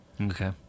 Okay